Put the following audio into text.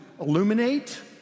illuminate